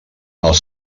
els